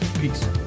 Peace